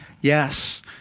Yes